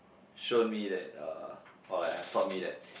shown me that uh or like have taught me that